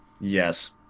yes